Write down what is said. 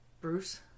Bruce